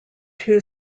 two